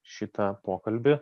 šitą pokalbį